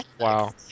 Wow